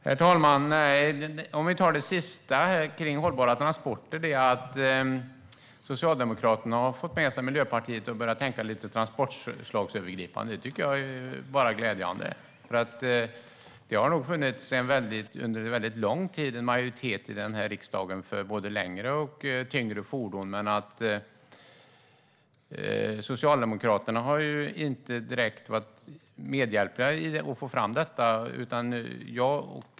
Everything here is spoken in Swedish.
Herr talman! När det gäller det sista med hållbara transporter har Socialdemokraterna fått med sig Miljöpartiet och börjat tänka lite transportslagsövergripande, och det tycker jag bara är glädjande. Det har nog under en lång tid funnits en majoritet i den här riksdagen för både längre och tyngre fordon, men Socialdemokraterna har inte direkt varit behjälpliga i att få fram detta.